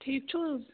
ٹھیٖک چھُو حظ